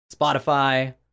Spotify